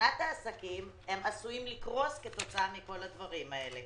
מבחינת העסקים הם עשויים לקרוס כתוצאה מכל הדברים האלה